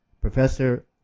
Professor